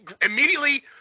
immediately